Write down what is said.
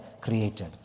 created